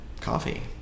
Coffee